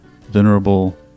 venerable